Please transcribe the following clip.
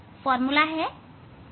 formula क्या है